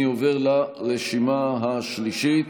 אני עובר לרשימה השלישית,